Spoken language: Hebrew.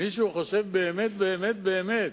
מישהו חושב באמת באמת באמת,